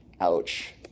Ouch